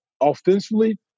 offensively